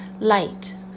Light